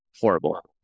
horrible